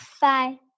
Bye